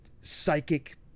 Psychic